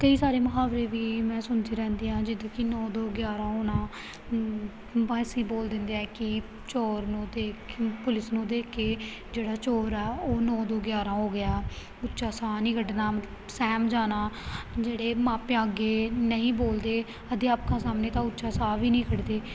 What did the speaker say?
ਕਈ ਸਾਰੇ ਮੁਹਾਵਰੇ ਵੀ ਮੈਂ ਸੁਣਦੀ ਰਹਿੰਦੀ ਹਾਂ ਜਿੱਦਾਂ ਕਿ ਨੌਂ ਦੋ ਗਿਆਰ੍ਹਾਂ ਹੋਣਾ ਵੈਸੇ ਹੀ ਬੋਲ ਦਿੰਦੇ ਆ ਕਿ ਚੋਰ ਨੂੰ ਦੇਖ ਕੇ ਪੁਲਿਸ ਨੂੰ ਦੇਖ ਕੇ ਜਿਹੜਾ ਚੋਰ ਆ ਉਹ ਨੌਂ ਦੋ ਗਿਆਰ੍ਹਾਂ ਹੋ ਗਿਆ ਉੱਚਾ ਸਾਹ ਨਹੀਂ ਕੱਢਣਾ ਸਹਿਮ ਜਾਣਾ ਜਿਹੜੇ ਮਾਪਿਆਂ ਅੱਗੇ ਨਹੀਂ ਬੋਲਦੇ ਅਧਿਆਪਕਾਂ ਸਾਹਮਣੇ ਤਾਂ ਉੱਚਾ ਸਾਹ ਵੀ ਨਹੀਂ ਕੱਢਦੇ